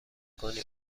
کنی